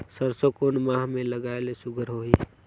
सरसो कोन माह मे लगाय ले सुघ्घर होही?